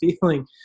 feeling